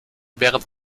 während